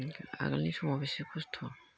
आगोलनि समाव बेसे खस्थ'